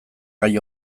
gai